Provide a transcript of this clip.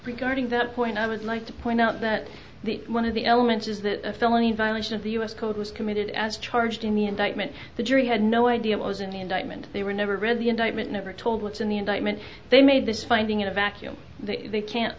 regarding that point i would like to point out that the one of the elements is that a felony in violation of the us code was committed as charged in the indictment the jury had no idea what was in the indictment they were never read the indictment never told what's in the indictment they made this finding in a vacuum that they can't